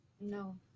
no